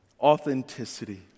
authenticity